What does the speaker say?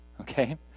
okay